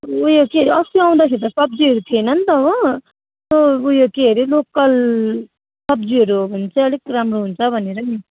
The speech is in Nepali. उयो के अरे अस्ति आउँदाखेरि त सब्जीहरू थिएन नि त हो त्यो उयो के अरे लोकल सब्जीहरू हो भने चाहिँ अलिक राम्रो हुन्छ भनेर नि